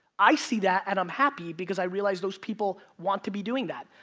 i see that and i'm happy because i realize those people want to be doing that.